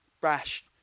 brash